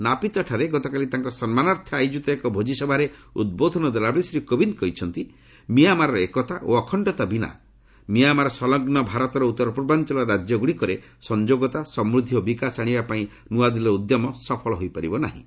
ନାପିତଠାରେ ଗତକାଲି ତାଙ୍କ ସମ୍ମାନାର୍ଥେ ଆୟୋଜିତ ଏକ ଭୋକିସଭାରେ ଉଦ୍ବୋଧନ ଦେଲାବେଳେ ଶ୍ରୀ କୋବିନ୍ଦ କହିଛନ୍ତି ମିଆଁମାରର ଏକତା ଓ ଅଖକ୍ତତା ବିନା ମିଆଁମାର ସଂଲଗ୍ନ ଭାରତର ଉତ୍ତର ପୂର୍ବାଞ୍ଚଳ ରାଜ୍ୟଗୁଡ଼ିକରେ ସଂଯୋଗତା ସମୃଦ୍ଧି ଓ ବିକାଶ ଆଶିବା ପାଇଁ ନୂଆଦିଲ୍ଲୀର ଉଦ୍ୟମ ସଫଳ ହୋଇପାରିବ ନାହିଁ